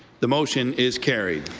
the motion is carried.